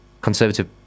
conservative